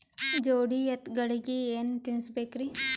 ಜೋಡಿ ಎತ್ತಗಳಿಗಿ ಏನ ತಿನಸಬೇಕ್ರಿ?